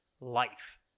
life